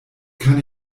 kann